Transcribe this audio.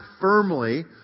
firmly